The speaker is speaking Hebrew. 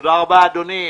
תודה רבה אדוני.